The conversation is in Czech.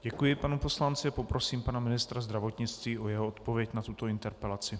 Děkuji panu poslanci a poprosím pana ministra zdravotnictví o jeho odpověď na tuto interpelaci.